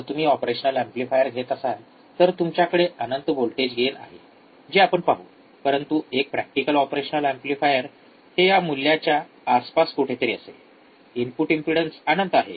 जर तुम्ही आदर्श ऑपरेशनल एम्पलीफायर घेत असाल तर तुमच्याकडे अनंत व्होल्टेज गेन आहे जे आपण पाहू परंतु एक प्रॅक्टिकल ऑपरेशन एम्पलीफायर हे या मूल्याच्या आसपास कुठेतरी असेल इनपुट इम्पेडन्स अनंत आहे